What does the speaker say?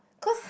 cause